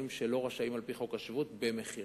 שלא רשאים על-פי חוק השבות לקבל במכירה.